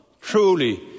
truly